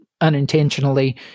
unintentionally